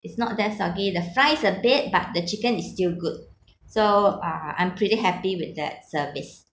it's not that soggy the fries a bit but the chicken is still good so uh I'm pretty happy with that service